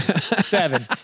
Seven